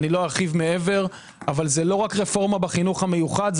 לא ארחיב מעבר אבל זה לא רק רפורמה בחינוך המיוחד,